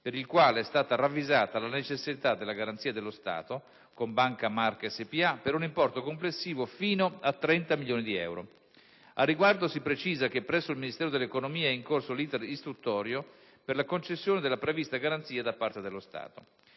per il quale è stata ravvisata la necessità della garanzia dello Stato, con Banca Marche SpA, per un importo complessivo sino a 30 milioni di euro. Al riguardo, si precisa che presso il Ministero dell'economia è in corso l'*iter* istruttorio per la concessione della prevista garanzia da parte dello Stato.